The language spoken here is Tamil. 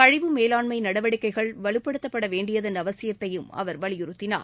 கழிவு மேலாண்மை நடவடிக்கைகள் வலுப்படுத்தப்பட வேண்டியதள் அவசியத்தையும் அவர் வலியுறுத்தினார்